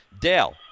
Dale